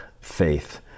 faith